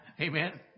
Amen